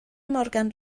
morgan